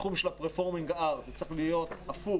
בתחום של ה-performing art זה צריך להיות הפוך,